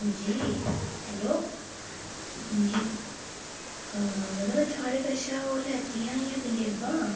हां जी हैलो हां जी मड़ो में थुआढ़े कशा ओह् लैतियां हियां पंजेबां